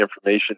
information